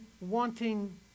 wanting